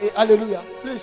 hallelujah